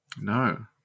No